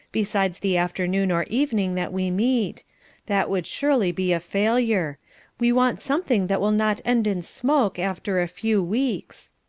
besides the afternoon or evening that we meet that would surely be a failure we want something that will not end in smoke after a few weeks.